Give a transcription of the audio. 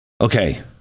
okay